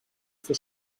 for